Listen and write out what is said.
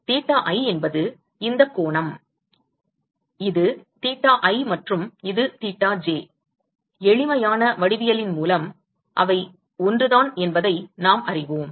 theta i என்பது இந்த கோணம் இது தீட்டா i மற்றும் இது தீட்டா j எளிமையான வடிவியலின் மூலம் அவை ஒன்றுதான் என்பதை நாம் அறிவோம்